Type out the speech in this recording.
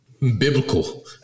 biblical